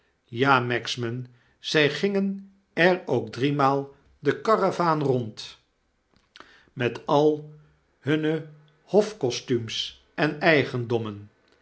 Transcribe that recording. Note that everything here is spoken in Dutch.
ja magsman zij gingen er ook driemaal de karavaan rond met al hunne hof-kostumes en eigendommen